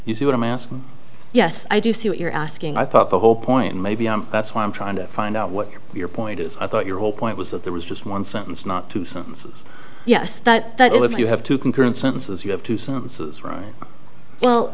you see what i'm asking yes i do see what you're asking i thought the whole point maybe that's why i'm trying to find out what your point is i thought your whole point was that there was just one sentence not two sentences yes but that if you have two concurrent sentences you have two sentences right well